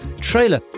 trailer